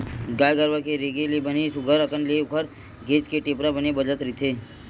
गाय गरुवा के रेगे ले बने सुग्घर अंकन ले ओखर घेंच के टेपरा बने बजत रहिथे